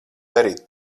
darīt